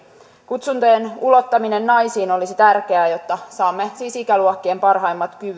kutsuntojen ulottaminen naisiin olisi tärkeää jotta saisimme siis ikäluokkien parhaimmat kyvyt